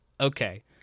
Okay